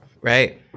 right